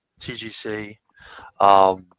TGC